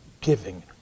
giving